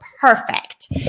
perfect